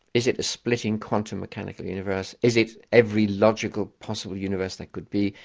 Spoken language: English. is it a splitting quantum mechanical universe? is it every logical possible universe there could be?